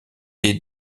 des